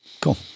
cool